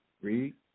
Read